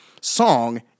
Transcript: song